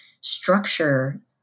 structure